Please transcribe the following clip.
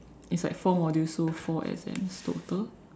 it's like four modules so four exams total